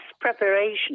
preparation